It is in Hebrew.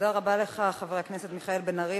תודה רבה לך, חבר הכנסת מיכאל בן-ארי.